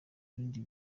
ibindi